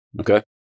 Okay